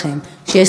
כשיש שיח,